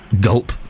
Gulp